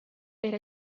per